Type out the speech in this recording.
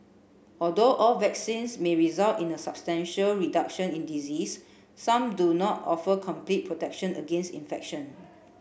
although all vaccines may result in a substantial reduction in disease some do not offer complete protection against infection